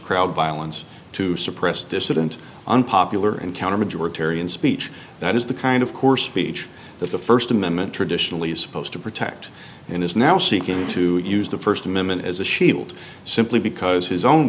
crowd violence to suppress dissidents unpopular and counter majeure tarion speech that is the kind of course peach that the first amendment traditionally is supposed to protect and is now seeking to use the first amendment as a shield simply because his own